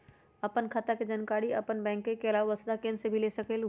आपन खाता के जानकारी आपन बैंक के आलावा वसुधा केन्द्र से भी ले सकेलु?